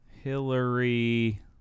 Hillary